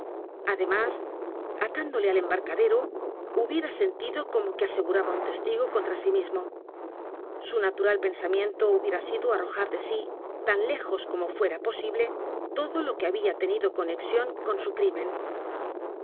además atándole al embarcadero hubiera sentido como que aseguraba un testigo contra sí mismo su natural pensamiento hubiera sido arrojar de sí tan lejos como fuera posible todo lo que había tenido conexión con su crimen